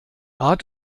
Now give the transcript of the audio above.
art